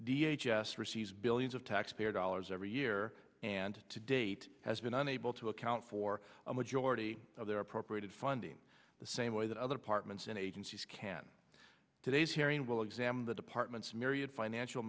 receives billions of taxpayer dollars every year and to date has been unable to account for a majority of their appropriated funding the same way that other partners and agencies can today's hearing will examine the department's myriad financial